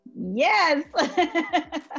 Yes